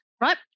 right